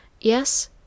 Yes